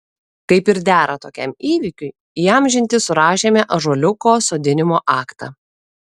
kaip ir dera tokiam įvykiui įamžinti surašėme ąžuoliuko sodinimo aktą